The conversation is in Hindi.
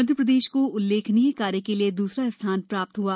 मध्यप्रदेश को उल्लेखनीय कार्य के लिये द्सरा स्थान प्राप्त हुआ